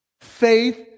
Faith